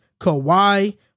Kawhi